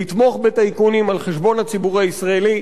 לתמוך בטייקונים על חשבון הציבור הישראלי,